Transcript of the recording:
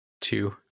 two